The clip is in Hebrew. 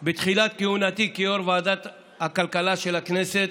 קל בתחילת כהונתי כיו"ר ועדת הכלכלה של הכנסת